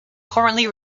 currently